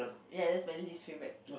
ya that's my least favourite